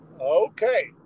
Okay